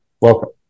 welcome